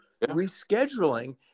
rescheduling